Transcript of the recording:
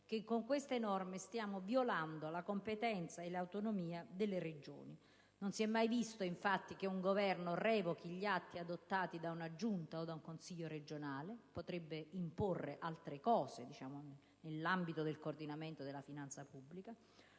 che con queste norme stiamo violando la competenza e l'autonomia delle Regioni. Non si è mai visto che un Governo revochi gli atti adottati da una Giunta o da un Consiglio regionale: potrebbe infatti imporre altre misure nell'ambito del coordinamento della finanza pubblica.